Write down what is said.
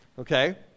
okay